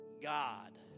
God